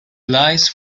lies